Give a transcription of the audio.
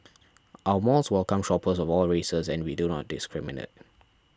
our malls welcome shoppers of all races and we do not discriminate